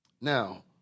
Now